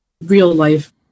real-life